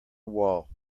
wall